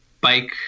bike